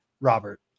Robert